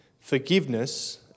forgiveness